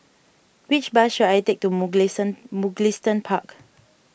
which bus should I take to Mugliston Mugliston Park